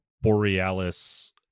borealis